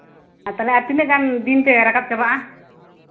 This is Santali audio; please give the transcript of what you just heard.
ᱟᱨ ᱛᱟᱦᱚᱞᱮ ᱟᱨ ᱛᱤᱱᱟᱹᱜ ᱜᱟᱱ ᱫᱤᱱ ᱛᱮ ᱨᱟᱠᱟᱵᱽ ᱪᱟᱵᱟᱜᱼᱟ